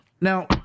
Now